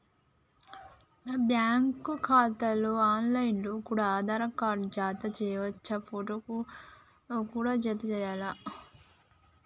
నా బ్యాంకు ఖాతాకు ఆన్ లైన్ లో కూడా ఆధార్ కార్డు జత చేయవచ్చా ఫోటో కూడా జత చేయాలా?